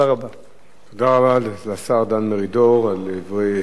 תודה רבה לשר דן מרידור על דברי תשובה למציעים